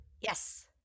yes